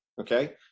Okay